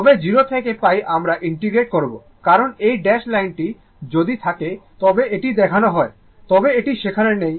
তবে 0 থেকে π আমরা ইন্টিগ্রেট করবো কারণ এই ড্যাশ লাইনটি যদি থাকে তবে এটি দেখানো হয় তবে এটি সেখানে নেই